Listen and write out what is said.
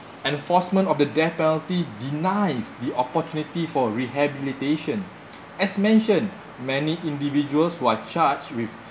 enforcement of the death penalty denies the opportunity for rehabilitation as mentioned many individuals who are charged with